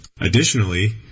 Additionally